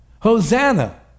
Hosanna